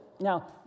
Now